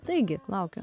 taigi laukiu